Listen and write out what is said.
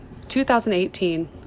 2018